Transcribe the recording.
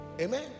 Amen